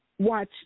watch